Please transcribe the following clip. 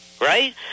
Right